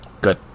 Good